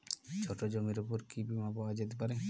ছোট জমির উপর কি বীমা পাওয়া যেতে পারে?